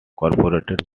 corporate